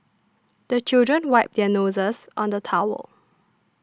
the children wipe their noses on the towel